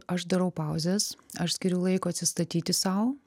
aš darau pauzes aš skiriu laiko atsistatyti sau